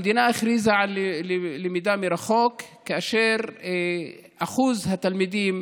המדינה הכריזה על למידה מרחוק, כאשר אחוז התלמידים